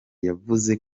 yavuze